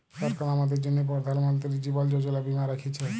সরকার আমাদের জ্যনহে পরধাল মলতিরি জীবল যোজলা বীমা রাখ্যেছে